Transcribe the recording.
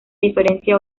diferencia